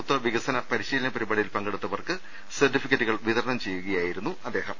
കോഴിക്കോട് സംരംഭകത്വ വികസന പരിശീലന പരിപാടി യിൽ പങ്കെടുത്തവർക്ക് സർട്ടിഫിക്കറ്റുകൾ വിതരണം ചെയ്യുകയാ യിരുന്നു അദ്ദേഹം